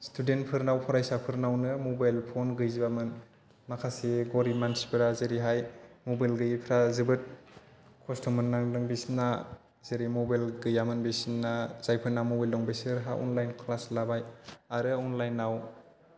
स्टुडेन्टफोरनाव फरायसाफोरनावनो mobile phone गैजोबामोन माखासे ग'रिब मानसिफ्रा जेरैहाय मबाइल गैयैफ्रा जोबोद खस्थ' मोननांदों बिसिना जेरै मबाइल गैयामोन बिसोरना जायफोरना मबाइल दं बिसोरहा अनलाइन क्लास लाबाय आरो अनलाइनाव